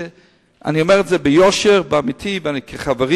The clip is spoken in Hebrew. שאני אומר ביושר אמיתי וכחבר,